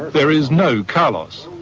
there is no carlos,